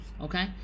Okay